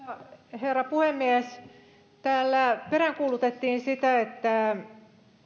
herra puhemies täällä peräänkuulutettiin sitä että